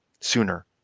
sooner